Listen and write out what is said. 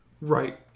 Right